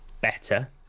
better